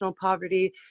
poverty